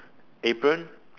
apron